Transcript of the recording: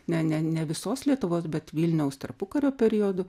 ne ne ne visos lietuvos bet vilniaus tarpukario periodu